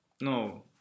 no